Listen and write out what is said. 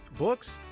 books,